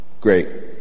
great